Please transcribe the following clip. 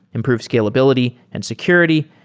improve scalability and security,